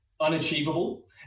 unachievable